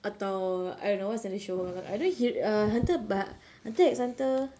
atau I don't know what's another show I don't hear it err hunter by hunter X hunter